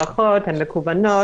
ההארכות הן מקוונות,